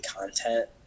content